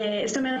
זאת אומרת,